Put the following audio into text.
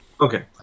Okay